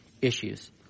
issues